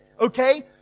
okay